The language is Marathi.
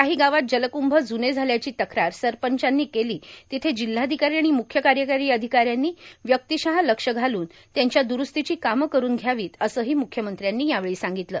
काही गावात जलक्भ ज्ने झाल्याची तक्रार सरपंचांनी केली तिथे जिल्हाधिकारी आणि मुख्य कार्यकारी अधिकाऱ्यांनी व्यक्तीश लक्ष घालून त्यांच्या दुरूस्तीची कामं करून घ्यावीत असेही म्ख्यमंत्र्यांनी यावेळी सांगितलं